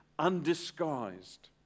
undisguised